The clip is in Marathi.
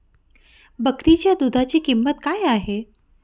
बकरीच्या दूधाची किंमत काय आहे?